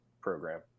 program